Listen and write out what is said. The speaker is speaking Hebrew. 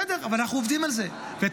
בסדר, אבל אנחנו עובדים על זה.